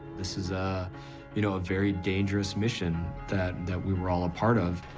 this is, ah you know, a very dangerous mission that, that we were all a part of,